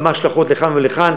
ומה ההשלכות לכאן ולכאן.